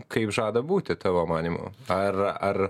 kaip žada būti tavo manymu ar ar